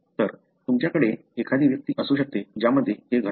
तर तुमच्याकडे एखादी व्यक्ती असू शकते ज्यामध्ये हे घडते